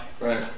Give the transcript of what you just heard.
Right